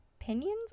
opinions